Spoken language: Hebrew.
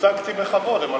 יוצגתי בכבוד.